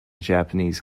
japanese